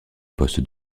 poste